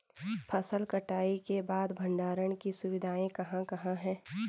फसल कटाई के बाद भंडारण की सुविधाएं कहाँ कहाँ हैं?